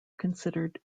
considered